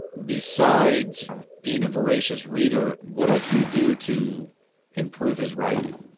besides being a veracious reader what else did he do to improve his writing?